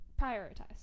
prioritize